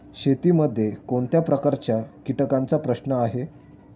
शेतीमध्ये कोणत्या प्रकारच्या कीटकांचा प्रश्न आहे?